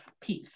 peace